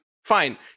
fine